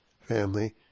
family